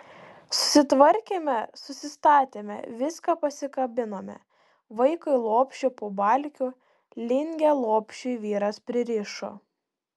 susitvarkėme susistatėme viską pasikabinome vaikui lopšį po balkiu lingę lopšiui vyras pririšo